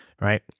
Right